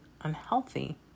unhealthy